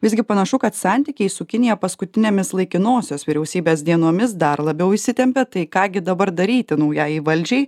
visgi panašu kad santykiai su kinija paskutinėmis laikinosios vyriausybės dienomis dar labiau įsitempė tai ką gi dabar daryti naujajai valdžiai